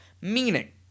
Meaning